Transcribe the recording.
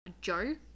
Joe